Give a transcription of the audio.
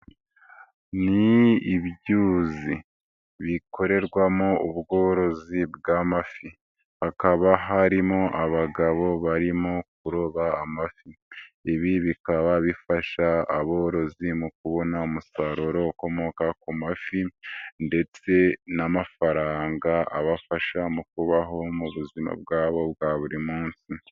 Ni ibyuzi bikorerwamo ubworozi bw'amafi hakaba harimo abagabo barimo kuroba amafi, ibi bikaba bifasha aborozi mu kubona umusaruro ukomoka ku mafi ndetse n'amafaranga abafasha mu kubaho mu buzima bwabo bwa buri munsi.